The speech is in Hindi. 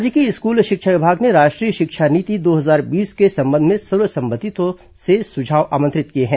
राज्य के स्कूल शिक्षा विभाग ने राष्ट्रीय शिक्षा नीति दो हजार बीस के संबंध में सर्व संबंधितों से सुझाव आमंत्रित किए हैं